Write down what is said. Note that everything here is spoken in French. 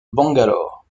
bangalore